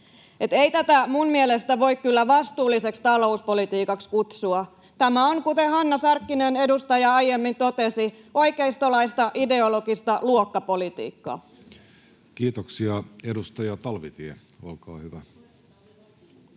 ei tätä minun mielestäni voi kyllä vastuulliseksi talouspolitiikaksi kutsua. Tämä on, kuten edustaja Hanna Sarkkinen aiemmin totesi, oikeistolaista, ideologista luokkapolitiikkaa. [Suna Kymäläinen: Kyllä!] Kiitoksia. — Edustaja Talvitie, olkaa hyvä.